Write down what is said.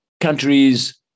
countries